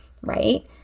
right